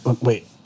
Wait